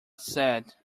said